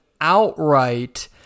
outright